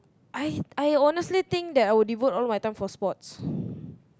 I I honestly think that I would devote all my time for sports